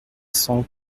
cent